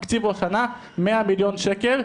הקציבו השנה מאה מיליון שקל,